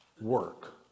work